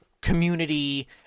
community